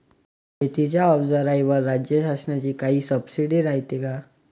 शेतीच्या अवजाराईवर राज्य शासनाची काई सबसीडी रायते का?